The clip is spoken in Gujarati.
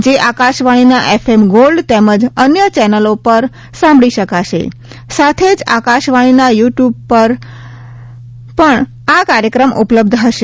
એ આકાશવાણીના એફએમ ગોલ્ડ તેમજ અન્ય ચેનેલો પર સાંભળી શકાશે સાથે જ આકાશવાણીના યુ ટ્યૂબ પર ચેનલ પર પણ આ કાર્યક્રમ ઉપલબ્ધ હશે